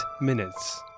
minutes